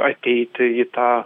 ateiti į tą